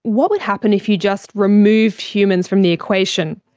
what would happen if you just removed humans from the equation?